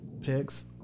picks